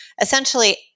essentially